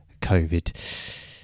COVID